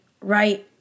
right